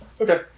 Okay